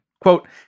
quote